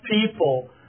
people